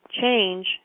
Change